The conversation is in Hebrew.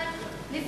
אדוני השר,